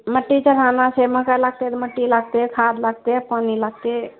मट्टी चढाना छै मट्टी लागतै खाद्य लागतै पानि लागतै